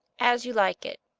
as you like it.